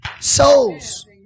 Souls